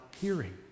hearing